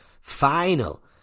final